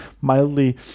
mildly